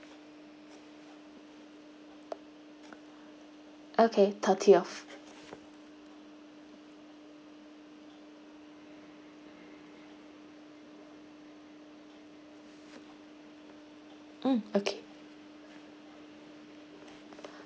okay thirty of um okay